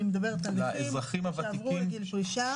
אני מדברת על נכים שעברו את גיל פרישה.